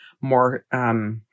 more